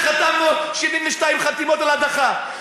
שחתמנו 72 חתימות על הדחה,